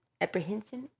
Apprehension